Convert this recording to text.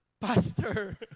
pastor